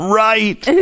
right